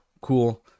cool